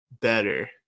better